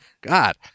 God